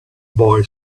boy